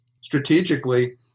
strategically